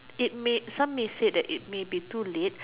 it may some may say that it may be too late